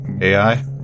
AI